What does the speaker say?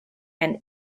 and